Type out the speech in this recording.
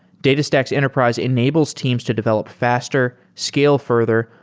datastax's enterprise enables teams to develop faster, scale further,